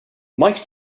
mike